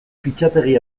fitxategi